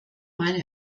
meine